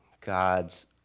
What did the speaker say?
God's